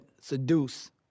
seduce